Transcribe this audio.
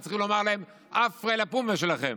וצריך לומר להם: עפרא לפומיה שלכם.